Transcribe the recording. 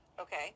Okay